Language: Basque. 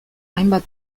hainbat